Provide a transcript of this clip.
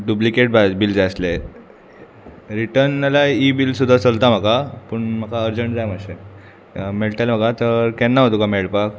duplicate बाय bill जाय आसलें रिटर्न नाल्या ई बील सुद्दां चलता म्हाका पूण म्हाका अर्जंट जाय मातशें मेळटलें म्हाका तर केन्ना हांव तुका मेळपाक